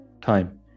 Time